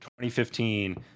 2015